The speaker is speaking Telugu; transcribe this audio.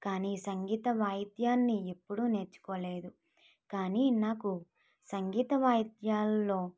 కానీ సంగీత వాయిద్యాన్ని ఎప్పుడు నేర్చుకోలేదు కానీ నాకు సంగీత వాయిద్యాలలో